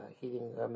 heating